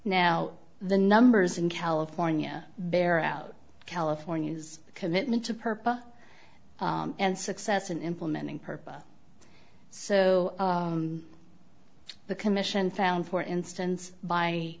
now the numbers in california bear out california's commitment to purpose and success in implementing purpose so the commission found for instance by